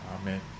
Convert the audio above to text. Amen